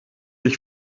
ich